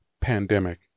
pandemic